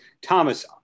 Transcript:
Thomas